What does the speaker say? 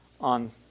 on